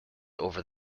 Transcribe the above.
over